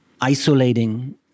isolating